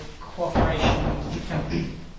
cooperation